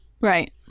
Right